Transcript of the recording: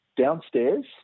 downstairs